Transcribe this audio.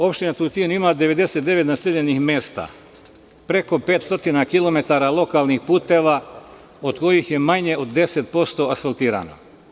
Opština Tutin ima 99 naseljenih mesta, preko 500 kilometara lokalnih puteva, od kojih je manje od 10% asfaltirano.